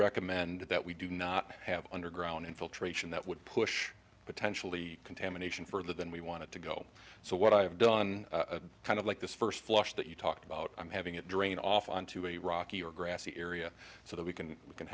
recommend that we do not have underground infiltration that would push potentially contamination further than we wanted to go so what i have done kind of like this first flush that you talked about i'm having it drain off onto a rocky or grassy area so that we can we can